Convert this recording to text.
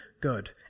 good